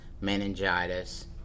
meningitis